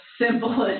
simplest